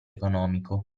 economico